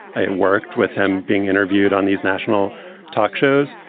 i worked with him being interviewed on these national talk shows.